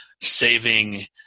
saving